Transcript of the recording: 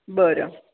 बरं